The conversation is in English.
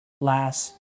last